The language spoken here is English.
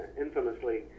infamously